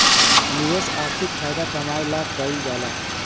निवेश आर्थिक फायदा कमाए ला कइल जाला